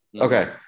Okay